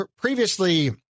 previously